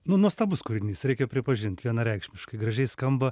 nu nuostabus kūrinys reikia pripažint vienareikšmiškai gražiai skamba